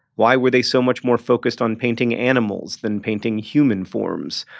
why were they so much more focused on painting animals than painting human forms?